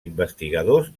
investigadors